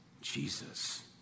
Jesus